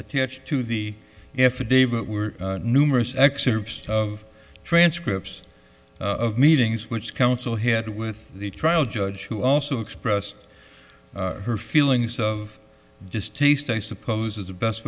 attached to the if a davit were numerous excerpts of transcripts of meetings which counsel had with the trial judge who also expressed her feelings of just tista i suppose is the best